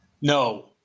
No